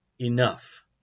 Enough